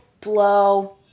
blow